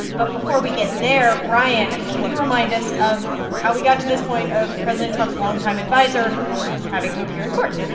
but before we get there, ryan, can you remind us of how we got to this point of president trump's longtime adviser having to appear in court?